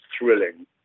thrilling